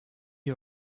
you